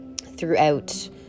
throughout